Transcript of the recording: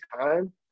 time